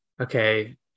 okay